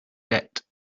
debt